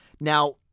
Now